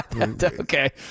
Okay